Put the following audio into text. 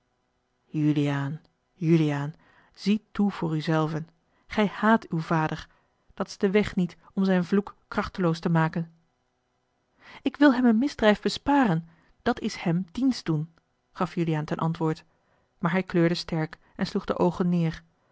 juliaan juliaan zie toe voor u zelven gij haat uw vader dat is de weg niet om zijn vloek krachteloos te maken ik wil hem een misdrijf besparen dat is hem dienst doen gaf juliaan ten antwoord maar hij kleurde sterk en sloeg de oogen neêr